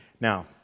Now